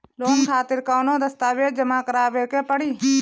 Loan खातिर कौनो दस्तावेज जमा करावे के पड़ी?